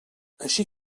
així